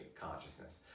consciousness